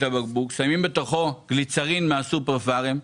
שמים בתוכו גליצרין מהסופר-פארם,